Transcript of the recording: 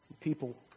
People